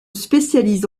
spécialise